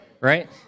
right